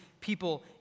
people